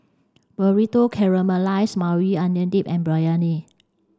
Burrito Caramelized Maui Onion Dip and Biryani